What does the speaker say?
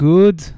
Good